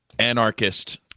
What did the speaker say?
anarchist